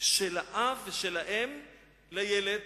של האב ושל האם לילד.